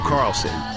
Carlson